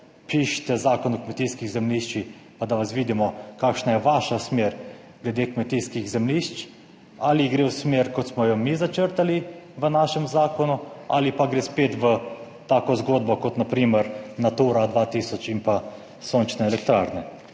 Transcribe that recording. pišite Zakon o kmetijskih zemljiščih, pa da vas vidimo kakšna je vaša smer glede kmetijskih zemljišč, ali gre v smer kot smo jo mi začrtali v našem zakonu ali pa gre spet v tako zgodbo kot na primer Natura 2000 in pa sončne elektrarne